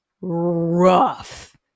rough